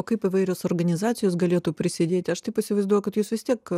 o kaip įvairios organizacijos galėtų prisidėti aš taip įsivaizduoju kad jūs vis tiek